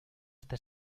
está